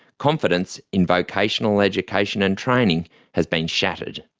confidence in vocational education and training has been shattered.